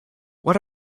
what